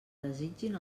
desitgin